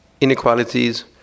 inequalities